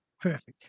Perfect